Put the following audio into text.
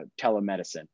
telemedicine